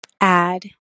add